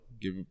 give